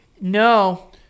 No